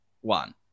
one